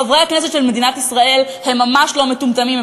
חברי הכנסת של מדינת ישראל הם ממש לא מטומטמים,